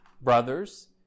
brothers